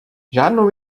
žádnou